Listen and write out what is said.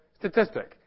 statistic